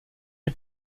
est